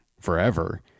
forever